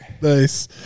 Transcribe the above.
Nice